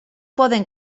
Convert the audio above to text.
poden